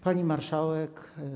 Pani Marszałek!